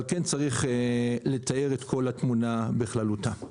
אבל כן צריך לתאר את כל התמונה בכללותה.